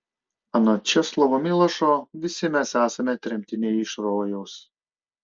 anot česlovo milošo visi mes esame tremtiniai iš rojaus